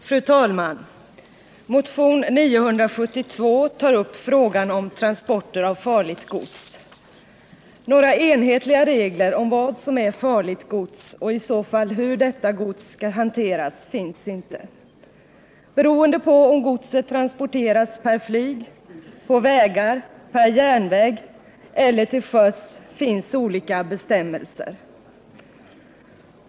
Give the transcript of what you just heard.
Fru talman! Motionen 972 tar upp frågan om transporter av farligt gods. Några enhetliga regler om vad som är farligt gods och i så fall hur detta gods skall hanteras finns inte. Beroende på om godset transporteras per flyg, på vägar, per järnväg eller till sjöss finns olika bestämmelser.